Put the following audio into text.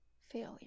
failure